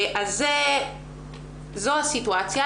זו הסיטואציה.